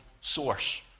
source